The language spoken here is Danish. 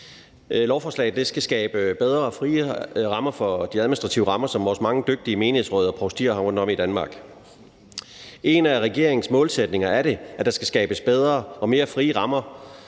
Lovforslaget skal skabe bedre og friere rammer i forhold til de administrative rammer, som vores mange dygtige menighedsråd og provstier har rundtom i Danmark. En af regeringens målsætninger er, at der skal skabes bedre og mere frie rammer